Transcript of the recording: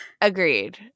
Agreed